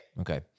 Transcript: Okay